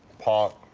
pot,